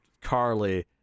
carly